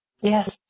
Yes